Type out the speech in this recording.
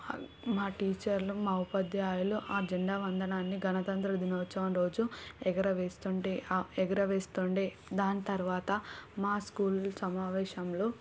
మా టీచర్లు మా ఉపాధ్యాయులు ఆ జెండా వందనాన్ని గణతంత్ర దినోత్సవం రోజు ఎగరవేస్తుంటే ఎగరవేస్తుండే దాని తరువాత మా స్కూల్ సమావేశంలో